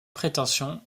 prétentions